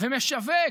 ומשווק